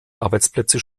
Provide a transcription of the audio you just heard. arbeitsplätze